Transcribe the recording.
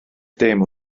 dim